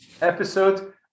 episode